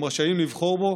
הם רשאים לבחור בו,